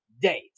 date